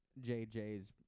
JJ's